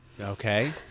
Okay